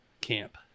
camp